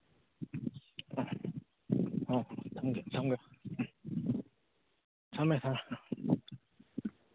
ꯑꯥ ꯊꯝꯒꯦ ꯊꯝꯒꯦ ꯎꯝ ꯊꯝꯃꯦ ꯊꯝꯃꯦ ꯑꯥ